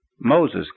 Moses